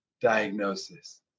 diagnosis